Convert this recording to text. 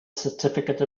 certificate